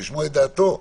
לשמוע את דעתו.